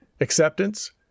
acceptance